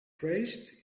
praised